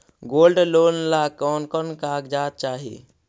Gold loan ला कौन कौन कागजात चाही?